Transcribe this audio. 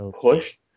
pushed